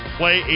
play